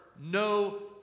no